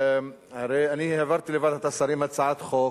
הרי אני העברתי לוועדת השרים הצעת חוק